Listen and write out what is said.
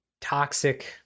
toxic